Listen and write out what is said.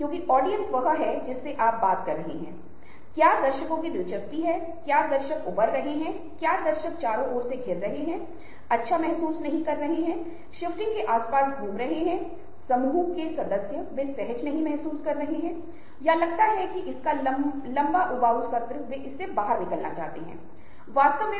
किसी तरह यह संभव है कि अनुसंधान हमें बताता है और 80 के दशक में या 70 के दशक में बहुत सारे विस्तृत प्रयोग किए गए थे जो हमें बताते हैं कि छह डिग्री पृथक्करण के साथ हम एक दूसरे से जुड़ने में सक्षम हैं इसका मतलब है कि हमारे पास यह नेटवर्किंग का स्तर है